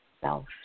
self